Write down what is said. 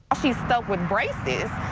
with braces,